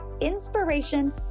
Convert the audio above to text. inspiration